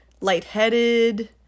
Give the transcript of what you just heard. lightheaded